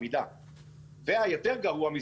והיותר גרוע,